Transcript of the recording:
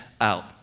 out